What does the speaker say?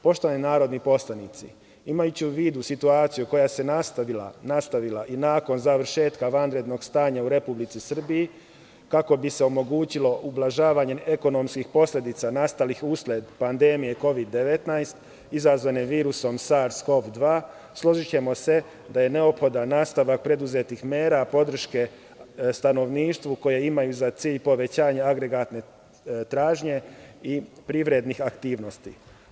Poštovani narodni poslanici, imajući u vidu situaciju koja se nastavila i nakon završetka vanrednog stanja u Republici Srbiji kako bi se omogućilo ublažavanje ekonomskih posledica nastalih usled pandemije Kovid 19 izazvane virusom SARS-CoV-2, složićemo se da je neophodan nastavak preduzetih mera podrške stanovništvu koje imaju za cilj povećanje agregatne tražnje i privrednih aktivnosti.